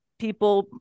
People